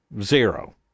zero